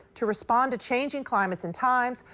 to respond to changing climates and times,